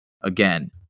again